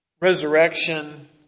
resurrection